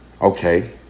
Okay